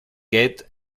get